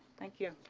thank you.